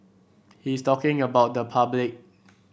he's talking about the public